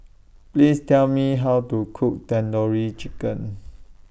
Please Tell Me How to Cook Tandoori Chicken